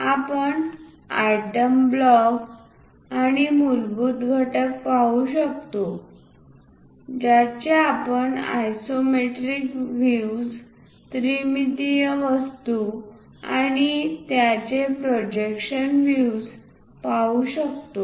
आपण item block आणि मूलभूत घटक पाहू शकतो ज्याचे आपण आयसोमेट्रिक विव्हज त्रिमितीय वस्तू आणि त्यांचे प्रोजेक्शन्स व्हिव्ज पाहू शकतो